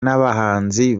n’abahanzi